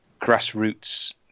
grassroots